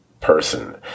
person